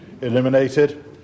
eliminated